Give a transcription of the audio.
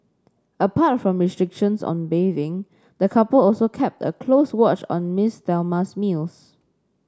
apart from restrictions on bathing the couple also kept a close watch on Miss Thelma's meals